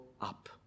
up